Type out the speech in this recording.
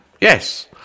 Yes